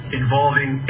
involving